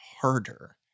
harder